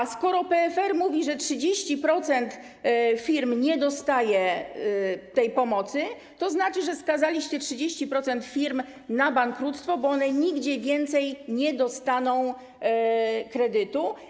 A skoro PFR mówi, że 30% firm nie dostaje tej pomocy, to znaczy, że skazaliście 30% firm na bankructwo, bo one nigdzie więcej nie dostaną kredytu.